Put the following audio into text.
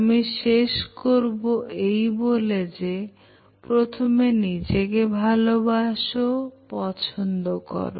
আমি শেষ করব এই বলে যে প্রথমে নিজেকে ভালোবাসো পছন্দ করো